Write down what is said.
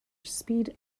speed